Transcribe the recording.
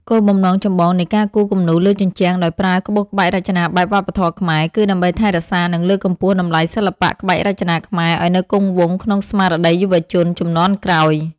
គោលបំណងចម្បងនៃការគូរគំនូរលើជញ្ជាំងដោយប្រើក្បូរក្បាច់រចនាបែបវប្បធម៌ខ្មែរ គឺដើម្បីថែរក្សា និងលើកកម្ពស់តម្លៃសិល្បៈក្បាច់រចនាខ្មែរឱ្យនៅគង់វង្សក្នុងស្មារតីយុវជនជំនាន់ក្រោយ។